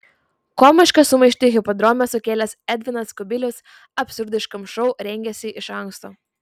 komišką sumaištį hipodrome sukėlęs edvinas kubilius absurdiškam šou rengėsi iš anksto